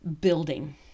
building